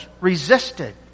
resisted